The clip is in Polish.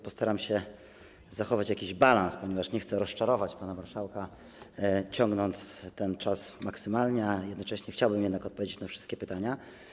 Postaram się zachować jakiś balans, ponieważ nie chcę rozczarować pana marszałka, ciągnąc ten czas maksymalnie, a jednocześnie chciałbym jednak odpowiedzieć na wszystkie pytania.